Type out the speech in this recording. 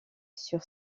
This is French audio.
sur